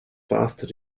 faster